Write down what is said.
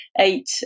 eight